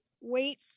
wait